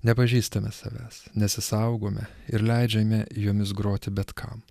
nepažįstame savęs nesisaugome ir leidžiame jomis groti bet kam